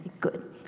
good